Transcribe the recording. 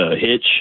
hitch